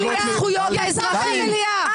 יצאת מהמליאה.